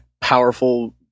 powerful